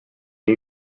new